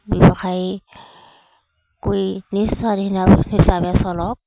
ব্যৱসায়ী কৰি নিজ স্ৱাধীন হিচাপে চলক